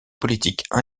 politique